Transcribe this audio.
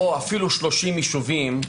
או אפילו 30 יישובים,